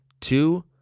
Two